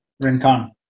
Rincon